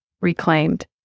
reclaimed